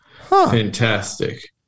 Fantastic